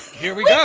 here we yeah